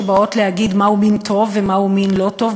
שבאות להגיד מהו מין טוב ומהו מין לא טוב,